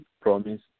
promise